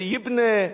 זה יבְּנה.